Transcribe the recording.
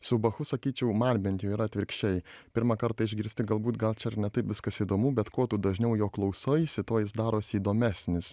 su bachu sakyčiau man bent jau yra atvirkščiai pirmą kartą išgirsti galbūt gal čia ir ne taip viskas įdomu bet kuo tu dažniau jo klausaisi tuo jis darosi įdomesnis